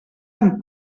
amb